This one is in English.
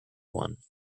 one